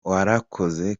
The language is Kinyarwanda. warakoze